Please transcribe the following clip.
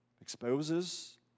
exposes